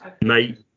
mate